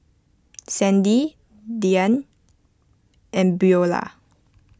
Sandy Dyan and Beulah